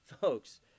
folks